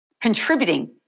contributing